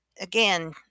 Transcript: again